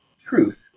truth